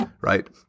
Right